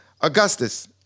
augustus